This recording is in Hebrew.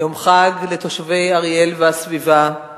יום חג לתושבי אריאל והסביבה,